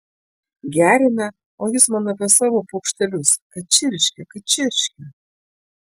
geriame o jis man apie savo paukštelius kad čirškia kad čirškia